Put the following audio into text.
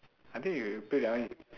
I think when you play that one